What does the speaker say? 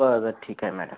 बरं ठीक आहे मॅडम